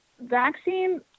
vaccine